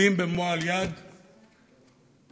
מצדיעים במועל יד להיטלר,